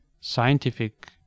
scientific